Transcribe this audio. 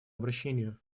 обращению